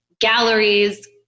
galleries